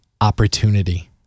opportunity